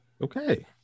Okay